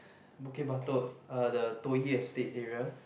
Bukit-Batok uh the toh-yi estate area